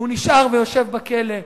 והוא נשאר ויושב בכלא,